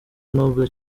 noble